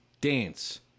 Dance